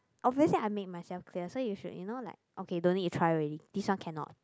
obviously I make myself clear so you should you know like okay don't need to try already this one cannot